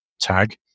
tag